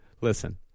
Listen